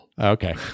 Okay